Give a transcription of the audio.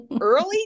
early